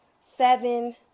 seven